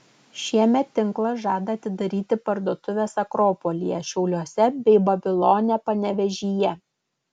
šiemet tinklas žada atidaryti parduotuves akropolyje šiauliuose bei babilone panevėžyje